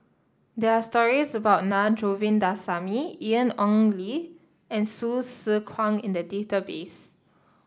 there are stories about Na Govindasamy Ian Ong Li and Hsu Tse Kwang in the database